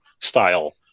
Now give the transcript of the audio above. style